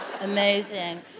amazing